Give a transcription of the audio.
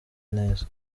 neza